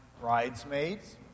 bridesmaids